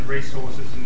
resources